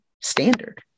standard